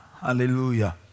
Hallelujah